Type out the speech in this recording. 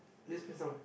just press down